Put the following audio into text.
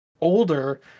older